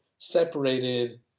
separated